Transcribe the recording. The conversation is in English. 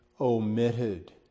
omitted